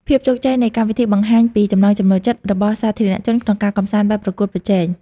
ភាពជោគជ័យនៃកម្មវិធីបង្ហាញពី ចំណង់ចំណូលចិត្ត របស់សាធារណជនក្នុងការកម្សាន្តបែបប្រកួតប្រជែង។